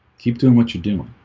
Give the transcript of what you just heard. keep doing what you're doing